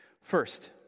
First